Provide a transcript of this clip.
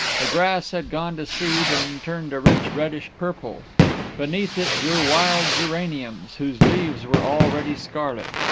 the grass had gone to seed and turned a rich reddish purple beneath it grew wild geraniums whose leaves were already scarlet.